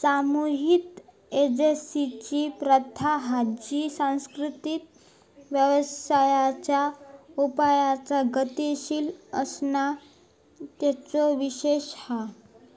सामुहिक एजेंसिंची प्रथा हा जी सांस्कृतिक व्यवसायांच्या उपायांचा गतीशील असणा तेचो विशेष हा